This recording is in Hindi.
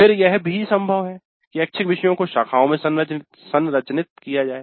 फिर यह भी संभव है कि ऐच्छिक विषयों को शाखाओं में संरचित किया जाए